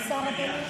תעצור את השעון.